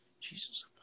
Jesus